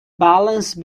balance